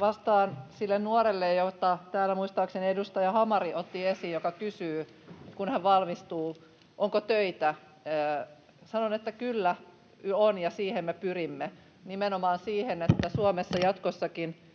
Vastaan sille nuorelle, jonka täällä muistaakseni edustaja Hamari otti esiin ja joka kysyy, että kun hän valmistuu, onko töitä. Sanon, että kyllä on ja siihen me pyrimme, nimenomaan siihen, että Suomessa jatkossakin